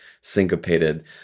syncopated